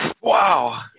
Wow